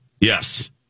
Yes